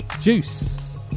Juice